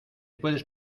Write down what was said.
puedes